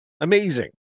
amazing